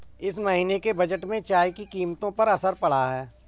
इस महीने के बजट में चाय की कीमतों पर असर पड़ा है